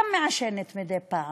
אני גם מעשנת מדי פעם.